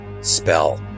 spell